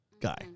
guy